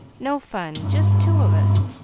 no fun just two of us.